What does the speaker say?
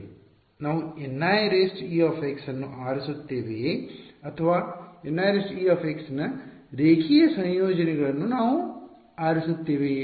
ನಾವು Nie ಅನ್ನು ಆರಿಸುತ್ತೇವೆಯೇ ಅಥವಾ Nie ನ ರೇಖೀಯ ಸಂಯೋಜನೆಗಳನ್ನು ನಾವು ಆರಿಸುತ್ತೇವೆಯೇ